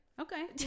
okay